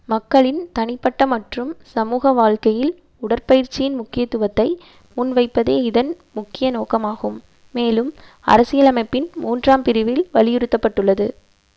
மக்களின் தனிப்பட்ட மற்றும் சமூக வாழ்க்கையில் உடற்பயிற்சியின் முக்கியத்துவத்தை முன்வைப்பதே இதன் முக்கிய நோக்கமாகும் மேலும் அரசியல் அமைப்பின் மூன்றாம் பிரிவில் வலியுறுத்தப்பட்டுள்ளது